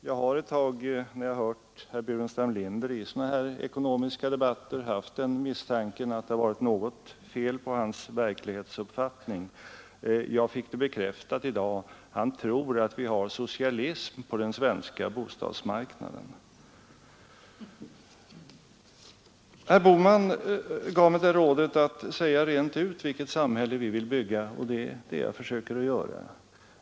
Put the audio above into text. Fru talman! När jag har lyssnat till herr Burenstam Linder i sådana här ekonomiska debatter har jag haft misstanken att det har varit något fel på hans verklighetsuppfattning. Den misstanken fick jag bekräftad i dag. Han tror att vi har socialism på den svenska bostadsmarknaden. Herr Bohman gav mig rådet att säga rent ut vilket samhälle vi vill bygga, och det är vad jag försöker göra.